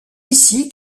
ici